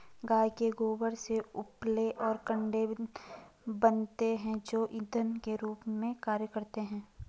गाय के गोबर से उपले और कंडे बनते हैं जो इंधन के रूप में कार्य करते हैं